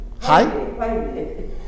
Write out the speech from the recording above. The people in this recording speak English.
Hi